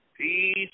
peace